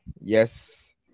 yes